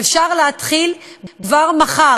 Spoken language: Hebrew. ואפשר להתחיל כבר מחר,